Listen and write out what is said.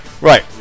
Right